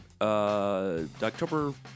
October